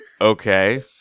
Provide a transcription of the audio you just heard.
okay